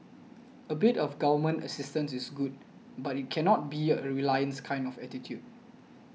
a bit of Government assistance is good but it cannot be a reliance kind of attitude